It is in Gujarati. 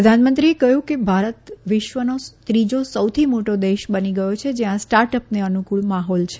પ્રધાનમંત્રીએ કહ્યું કે ભારત વિશ્વનો ત્રીજો સૌથી મોટો દેશ બની ગયો છે જ્યાં સ્ટાર્ટ અપને અનુકૂળ માહોલ છે